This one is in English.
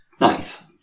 nice